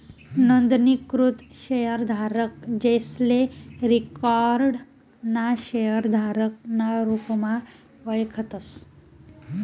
नोंदणीकृत शेयरधारक, जेसले रिकाॅर्ड ना शेयरधारक ना रुपमा वयखतस